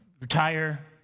retire